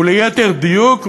וליתר דיוק,